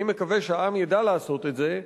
אני מקווה שהעם ידע לעשות את זה,